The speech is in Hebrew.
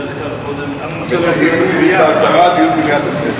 בדרך כלל קודם, דיון במליאת הכנסת.